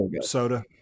Soda